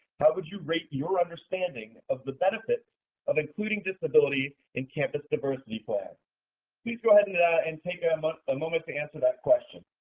how would you rate your understanding of the benefits of including disabilities in campus diversity plans? please go ahead and and take ah um but a moment to answer that question.